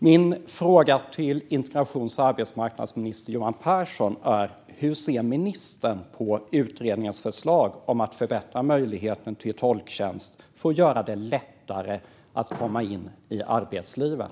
Min fråga till arbetsmarknads och integrationsminister Johan Pehrson är: Hur ser ministern på utredningens förslag att förbättra möjligheten till tolktjänst för att göra det lättare att komma in i arbetslivet?